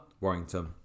Warrington